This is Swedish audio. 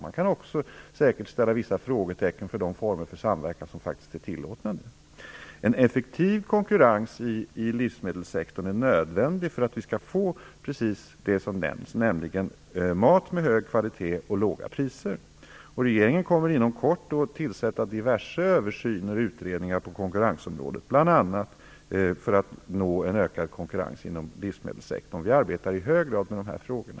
Man kan säkert också sätta vissa frågetecken för de former för samverkan som faktiskt är tillåtna nu. En effektiv konkurrens i livsmedelssektorn är nödvändig för att vi skall få precis det som nämnts, nämligen mat med hög kvalitet och till låga priser. Regeringen kommer inom kort att tillsätta diverse översyner och utredningar på konkurrensområdet, bl.a. för att nå en ökad konkurrens inom livsmedelssektorn. Vi arbetar i hög grad med de här frågorna.